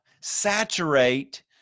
saturate